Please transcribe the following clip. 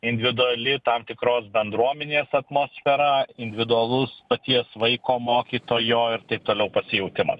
individuali tam tikros bendruomenės atmosfera individualus paties vaiko mokytojo ir taip toliau pasijautimas